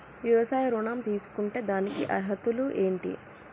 వ్యవసాయ ఋణం తీసుకుంటే దానికి అర్హతలు ఏంటి?